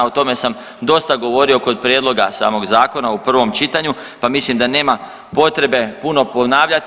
O tome sam dosta govorio kod prijedloga samog zakona u prvom čitanju, pa mislim da nema potrebe puno ponavljati.